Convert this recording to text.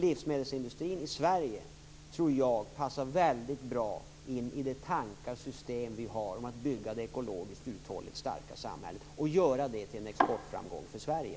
Livsmedelsindustrin i Sverige passar bra i tankarna om att bygga det ekologiskt uthålligt starka samhället. Det skall göras till en exportframgång för Sverige.